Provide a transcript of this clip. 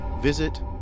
visit